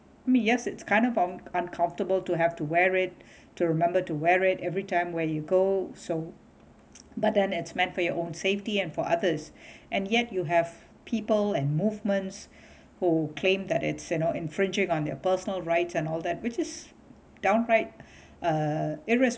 me yes it's kind of um uncomfortable to have to wear it to remember to wear it every time where you go so but then it's meant for your own safety and for others and yet you have people and movements who claim that it's you know infringing on their personal rights and all that which is downright uh